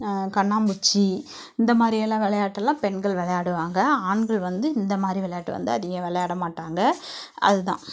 கண்ணாம்பூச்சி இந்த மாதிரியல்லாம் விளையாட்டலாம் பெண்கள் விளையாடுவாங்க ஆண்கள் வந்து இந்த மாதிரி விளையாட்டு வந்து அதிகம் விளையாட மாட்டாங்க அதுதான்